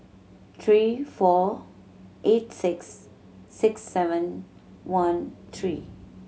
three four eight six six seven one three